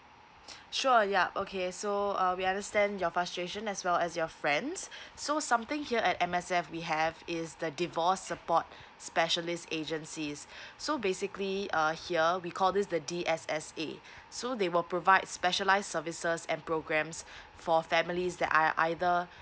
sure yeah okay so uh we understand your frustration as well as your friend's so something here at M_S_F we have is the divorce support specialist agencies so basically err here we call this the D_S_S_A so they will provide specialised services and programmes for families that are either